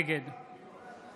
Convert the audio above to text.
נגד